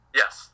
yes